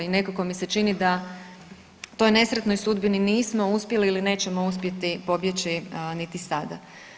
I nekako mi se čini da toj nesretnoj sudbini nismo uspjeli ili nećemo uspjeti pobjeći niti sada.